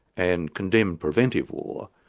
and condemned preventive war,